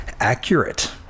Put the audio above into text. accurate